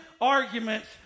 arguments